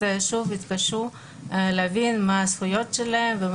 שוב יתקשו להבין מה הזכויות שלהן.